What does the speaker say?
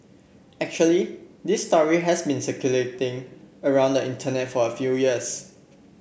actually this story has been circulating around the Internet for a few years